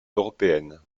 européenne